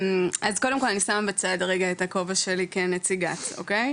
אז קודם כל אני שמה בצד רגע את הכובע שלי כנציגת מינהל התכנון.